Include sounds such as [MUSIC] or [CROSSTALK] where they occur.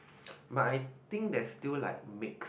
[NOISE] but I think there's still like mix